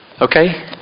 Okay